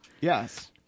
Yes